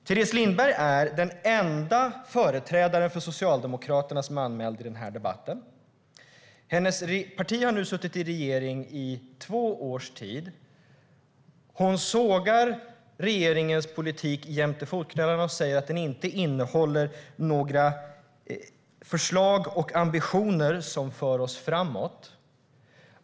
Teres Lindberg är den enda företrädare för Socialdemokraterna som är anmäld till den här debatten. Hennes parti har suttit i regeringsställning i två års tid. Hon sågar regeringens politik jäms med fotknölarna och hävdar att den inte innehåller några "förslag och ambitioner som för oss framåt".